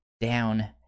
down